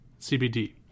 CBD